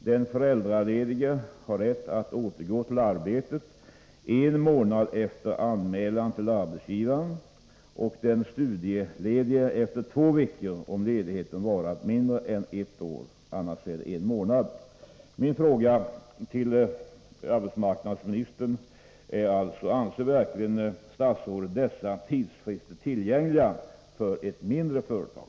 Den föräldraledige har rätt att återgå till arbetet en månad efter anmälan och den studieledige efter två veckor, om ledigheten varat mindre än ett år, annars efter en månad. Anser verkligen arbetsmarknadsministern dessa tidsfrister tillräckliga för ett mindre företag?